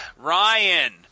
Ryan